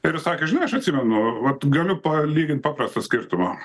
ir jis sakė žinai aš atsimenu vat galiu palygint paprastą skirtumą